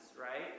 right